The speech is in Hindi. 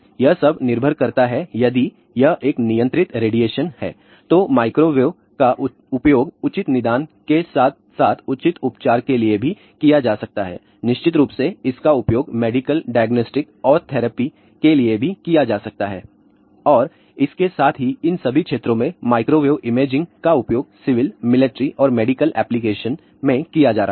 यह सब निर्भर करता है यदि यह एक नियंत्रित रेडिएशन है तो माइक्रोवेव का उपयोग उचित निदान के साथ साथ उचित उपचार के लिए भी किया जा सकता है निश्चित रूप से इसका उपयोग मेडिकल डायग्नोस्टिक और थेरेपी के लिए भी किया जा सकता है और इसके साथ ही इन सभी क्षेत्रों में माइक्रोवेव इमेजिंग का उपयोग सिविल मिलिट्री और मेडिकल एप्लीकेशन में किया जा रहा है